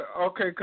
Okay